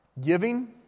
Giving